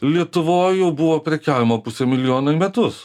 lietuvoj jau buvo prekiaujama pusę milijono į metus